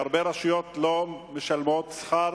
הרבה רשויות לא משלמות שכר